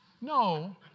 No